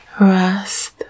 rest